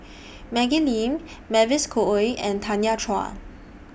Maggie Lim Mavis Khoo Oei and Tanya Chua